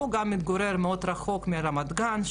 חשוב לי להבהיר שאני לא מביע את עמדת הנציבות ביחס לתקנות